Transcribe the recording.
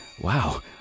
wow